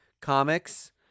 comics